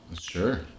Sure